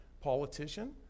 politician